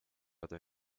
other